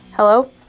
Hello